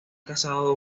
casado